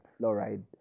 fluoride